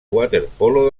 waterpolo